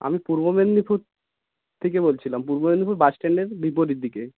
আমি পূর্ব মেদিনীপুর থেকে বলছিলাম পূর্ব মেদিনীপুর বাস স্ট্যান্ডের বিপরীত দিকে